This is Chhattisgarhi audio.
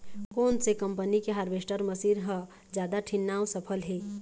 कोन से कम्पनी के हारवेस्टर मशीन हर जादा ठीन्ना अऊ सफल हे?